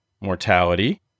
mortality